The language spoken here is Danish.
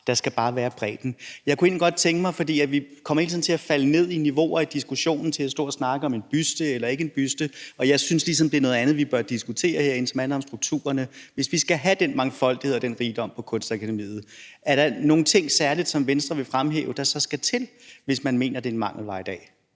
Der skal bare være en bredde. Vi kommer hele tiden til at falde ned i niveauer i diskussionen i forhold til at stå og snakke om en buste eller ikke en buste, og jeg synes ligesom, det er noget andet, vi bør diskutere herinde, nemlig noget, som handler om strukturerne. Hvis vi skal have den mangfoldighed og den rigdom på Kunstakademiet, er der så nogle særlige ting, som Venstre vil fremhæve der så skal til, altså hvis man mener, det er en mangelvare i dag?